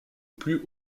plus